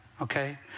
Okay